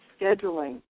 scheduling